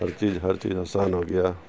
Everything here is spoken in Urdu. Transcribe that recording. ہر چیز ہر چیز آسان ہو گیا